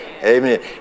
Amen